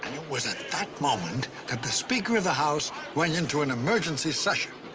and it was at that moment that the speaker of the house went into an emergency session.